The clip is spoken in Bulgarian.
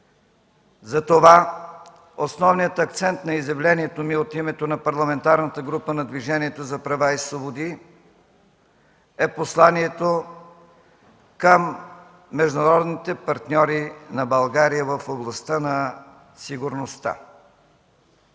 Затова основният акцент на изявлението ми от името на Парламентарната група на Движението за права и свободи е посланието към международните партньори на България в областта на сигурността.